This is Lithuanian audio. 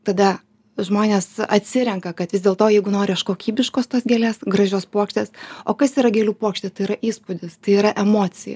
tada žmonės atsirenka kad vis dėlto jeigu noriu aš kokybiškos tos gėlės gražios puokštės o kas yra gėlių puokštė tai yra įspūdis tai yra emocija